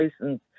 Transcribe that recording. license